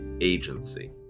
agency